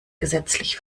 gesetzlich